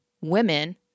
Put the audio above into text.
women